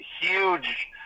huge